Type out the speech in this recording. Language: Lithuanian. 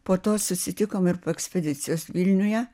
po to susitikom ir po ekspedicijos vilniuje